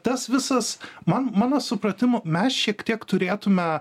tas visas man mano supratimu mes šiek tiek turėtume